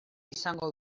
izango